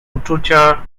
uczucia